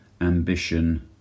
ambition